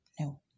No